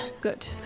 Good